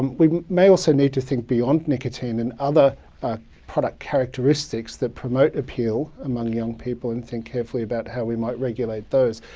um we may also need to think beyond nicotine and other product characteristics that promote appeal among young people, and think carefully about how we might regulate those.